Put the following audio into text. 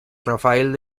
rafael